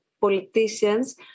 politicians